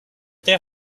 their